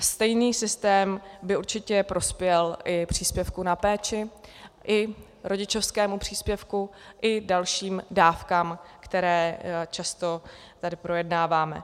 Stejný systém by určitě prospěl i příspěvku na péči, i rodičovskému příspěvku, i dalším dávkám, které často tady projednáváme.